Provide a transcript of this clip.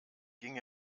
ging